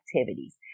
activities